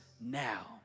now